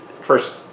first